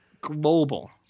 Global